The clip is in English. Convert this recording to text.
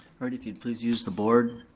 alright, if you'd please use the board.